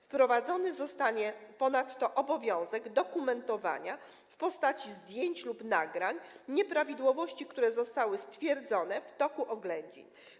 Wprowadzony zostanie ponadto obowiązek dokumentowania w postaci zdjęć lub nagrań nieprawidłowości, które zostały stwierdzone w toku oględzin.